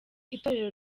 itorero